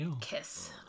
kiss